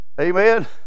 amen